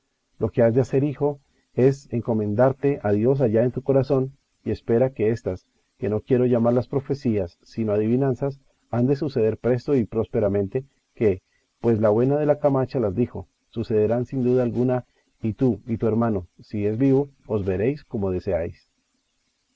lo que has de hacer hijo es encomendarte a dios allá en tu corazón y espera que éstas que no quiero llamarlas profecías sino adivinanzas han de suceder presto y prósperamente que pues la buena de la camacha las dijo sucederán sin duda alguna y tú y tu hermano si es vivo os veréis como deseáis